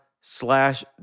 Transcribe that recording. slash